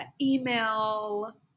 email